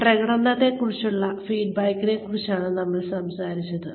പ്രകടനത്തെക്കുറിച്ചുള്ള ഫീഡ്ബാക്കിനെക്കുറിച്ചാണ് നമ്മൾ സംസാരിച്ചത്